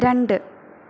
രണ്ട്